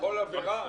בכל עבירה?